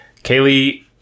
Kaylee